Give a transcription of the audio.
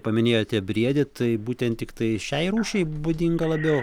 paminėjote briedį tai būtent tiktai šiai rūšiai būdinga labiau